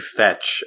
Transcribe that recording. fetch